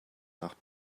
nach